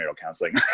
counseling